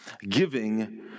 giving